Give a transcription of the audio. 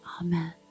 Amen